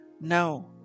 No